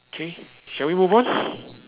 okay shall we move on